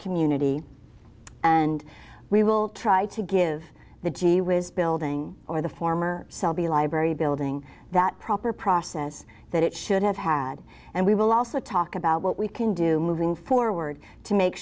community and we will try to give the gee whiz building or the former selby library building that proper process that it should have had and we will also talk about what we can do moving forward to make